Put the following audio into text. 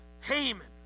Haman